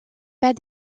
pas